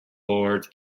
lord